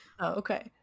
okay